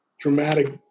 dramatic